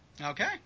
Okay